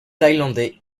thaïlandais